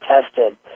tested